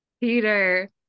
Peter